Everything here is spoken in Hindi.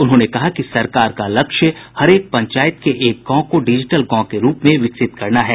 उन्होंने कहा कि सरकार का लक्ष्य हरेक पंचायत के एक गांव को डिजिटल गांव के रूप में विकसित करना है